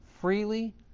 freely